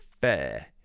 fair